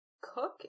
cook